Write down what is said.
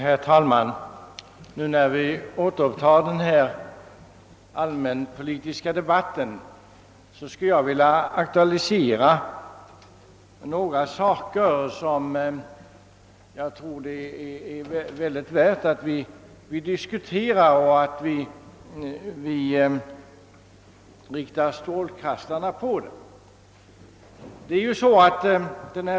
Herr talman! När vi nu återupptar den allmänpolitiska debatten skulle jag vilja aktualisera några saker som är värda att vi diskuterar och riktar strålkastarljuset mot.